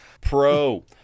pro